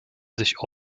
sich